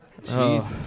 Jesus